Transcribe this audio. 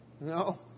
no